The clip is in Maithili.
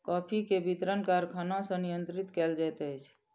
कॉफ़ी के वितरण कारखाना सॅ नियंत्रित कयल जाइत अछि